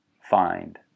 find